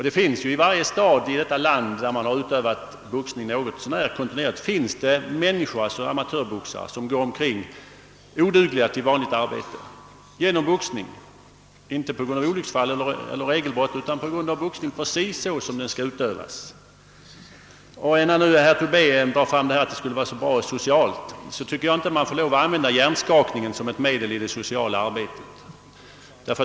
Det finns i varje stad här i landet, där man utövat boxning något så när kontinuerligt, amatörboxare, som går omkring odugliga till vanligt arbete, inte på grund av olycksfall eller regelbrott vid boxningen, utan därför att den utövats precis så som den skall utövas. Herr Tobé framhåller att boxningen skulle vara ett medel i det sociala arbetet, men jag tycker inte man har lov att använda hjärnskakning som ett sådant medel.